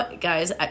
guys